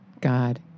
God